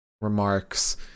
remarks